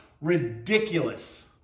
ridiculous